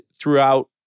throughout